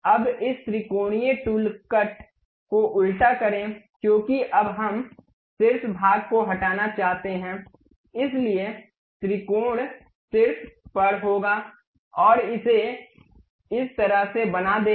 अब इस त्रिकोणीय टूल कट को उल्टा करें क्योंकि अब हम शीर्ष भाग को हटाना चाहते हैं इसलिए त्रिकोण शीर्ष पर होगा और इसे उस तरह से बना देगा